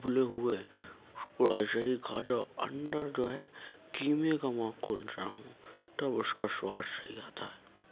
ابلے ہوئے اس کو ایسے ہی کھا جاؤ اندر جو ہے قیمے کا معقول انتظام ہو تب اس کا سواد صحیح آتا ہے